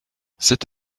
cette